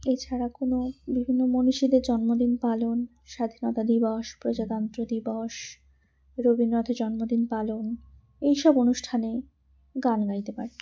এছাড়া কোনো বিভিন্ন মনীষীদের জন্মদিন পালন স্বাধীনতা দিবস প্রজাতন্ত্র দিবস রবীন্দ্রনাথের জন্মদিন পালন এইসব অনুষ্ঠানে গান গাইতে পারে